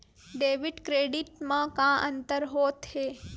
Debit credit मा का अंतर होत हे?